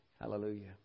Hallelujah